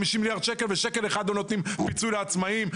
מיליארד שקל, ושקל אחד לא נותנים פיצוי לעצמאים.